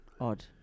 odd